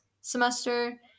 semester